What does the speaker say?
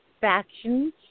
factions